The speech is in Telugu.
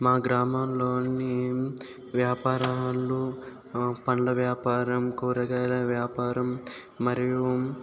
మా గ్రామంలో వ్యాపారాలు పళ్ళ వ్యాపారం కూరగాయల వ్యాపారం మరియు